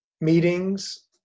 meetings